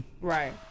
Right